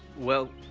well,